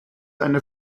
eine